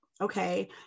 okay